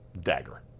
Dagger